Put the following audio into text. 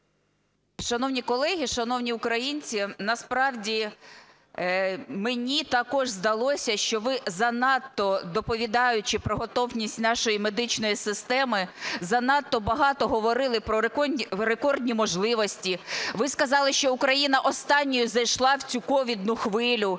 Шановні колеги, шановні українці, насправді мені також здалося, що ви занадто, доповідаючи про готовність нашої медичної системи, занадто багато говорили про рекордні можливості. Ви сказали, що Україна останньою зайшла в цю ковідну хвилю.